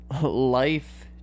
life